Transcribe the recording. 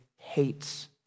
hates